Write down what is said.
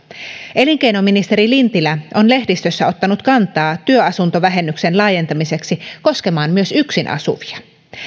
elinkeinoministeri lintilä on lehdistössä ottanut kantaa työasuntovähennyksen laajentamiseksi koskemaan myös yksin asuvia